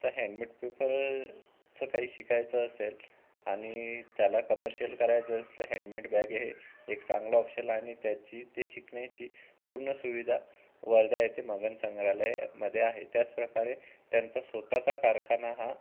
तर हँडमेड पेपरचं काही शिकायचं असेल आणि त्याला कमर्शियल करायचं असेल हँडमेड बॅग हे एक चांगला ऑप्शन आणि त्याची ती शिकण्याची पूर्ण सुविधा वर्धा येथे मगन संग्रहालयामध्ये आहे त्याचप्रकारे त्यांचा स्वतःचा कारखाना हा